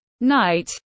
night